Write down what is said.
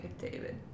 david